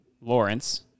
Lawrence